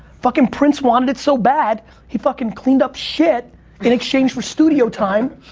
fucking prince wanted it so bad he fucking cleaned up shit in exchange for studio time